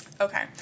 Okay